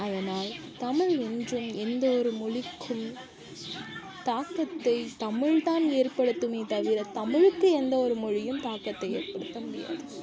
அதனால் தமிழ் என்றும் எந்த ஒரு மொழிக்கும் தாக்கத்தை தமிழ்தான் ஏற்படுத்துமே தவிர தமிழுக்கு எந்தவொரு மொழியும் தாக்கத்தை ஏற்படுத்த முடியாது